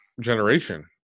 generation